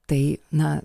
tai na